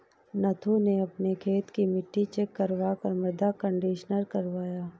नथु ने अपने खेत की मिट्टी चेक करवा कर मृदा कंडीशनर करवाया